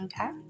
Okay